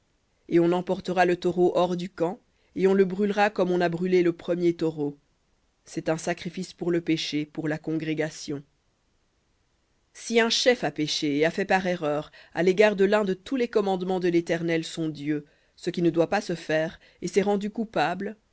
et on emportera le taureau hors du camp et on le brûlera comme on a brûlé le premier taureau c'est un sacrifice pour le péché pour la congrégation si un chef a péché et a fait par erreur à l'égard de l'un de tous les commandements de l'éternel son dieu ce qui ne doit pas se faire et s'est rendu coupable